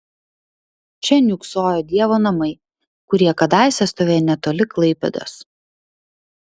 čia niūksojo dievo namai kurie kadaise stovėjo netoli klaipėdos